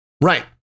Right